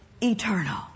eternal